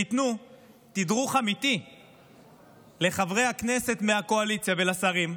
שייתנו תדרוך אמיתי לחברי הכנסת מהקואליציה ולשרים,